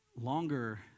Longer